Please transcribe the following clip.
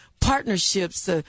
partnerships